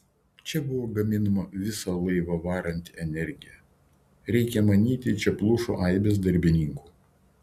čia buvo gaminama visą laivą varanti energija reikia manyti čia plušo aibės darbininkų